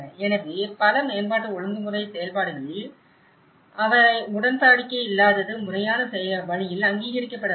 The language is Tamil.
எனவே பல மேம்பாட்டு ஒழுங்குமுறை செயல்முறைகளில் அவை உடன்படிக்கையில்லாதது முறையான வழியில் அங்கீகரிக்கப்படவில்லை